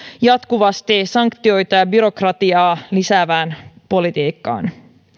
jatkuvasti sanktioita ja byrokratiaa lisäävään politiikkaan